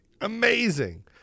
amazing